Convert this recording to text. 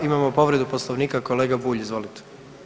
Imamo povredu Poslovnika, kolega Bulj izvolite.